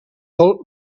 pel